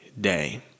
day